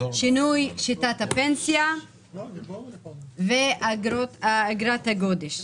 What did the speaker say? שינוי שיטת הפנסיה ואגרת הגודש.